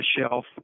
shelf